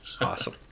Awesome